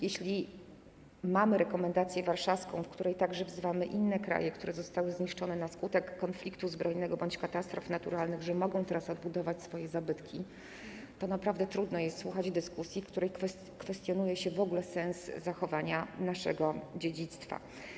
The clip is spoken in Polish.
Jeśli mamy „Rekomendację warszawską”, w której także wzywamy inne kraje, które zostały zniszczone na skutek konfliktu zbrojnego bądź katastrof naturalnych, mówimy, że mogą teraz odbudowywać swoje zabytki, to naprawdę trudno jest słuchać dyskusji, w której kwestionuje się w ogóle sens zachowania naszego dziedzictwa.